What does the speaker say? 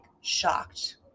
shocked